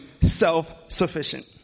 self-sufficient